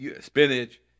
Spinach